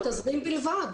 מדובר על תזרים בלבד.